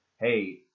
hey